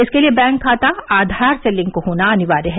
इसके लिए बैंक खाता आधार से लिंक होना अनिवार्य है